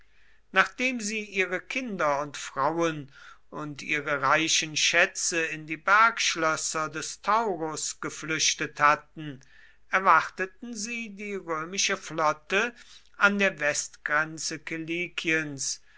nachdem sie ihre kinder und frauen und ihre reichen schätze in die bergschlösser des taurus geflüchtet hatten erwarteten sie die römische flotte an der westgrenze